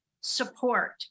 support